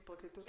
בבקשה.